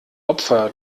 opfer